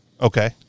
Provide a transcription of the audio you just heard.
Okay